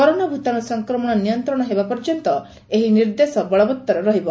corona ଭୂତାଣୁ ସଂକ୍ରମଶ ନିୟନ୍ତଣ ହେବା ପର୍ଯ୍ୟନ୍ତ ଏହି ନିର୍ଦ୍ଦେଶ ବଳବତ୍ତର ରହିବ